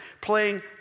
playing